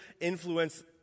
influence